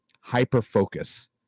hyper-focus